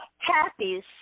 Happy